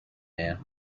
man